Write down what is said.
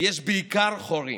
יש בעיקר חורים.